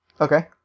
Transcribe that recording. Okay